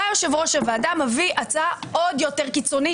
בא יושב-ראש הוועדה ומביא הצעה עוד יותר קיצונית